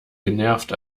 genervt